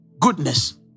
goodness